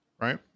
right